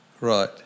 right